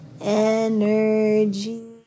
energy